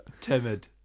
Timid